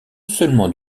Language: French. seulement